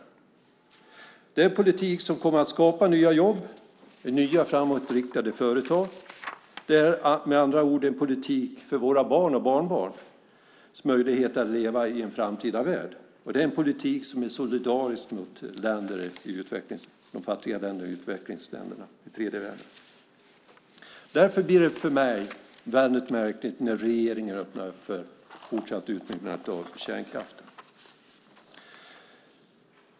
Det är en politik som kommer att skapa nya jobb i nya framåtriktade företag, med andra ord en politik för våra barn och barnbarns möjligheter att leva i en framtida värld. Det är en politik som är solidarisk mot fattiga länder och utvecklingsländer i tredje världen. Därför blir det för mig väldigt märkligt när regeringen öppnar för fortsatt utbyggnad av kärnkraften.